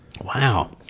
Wow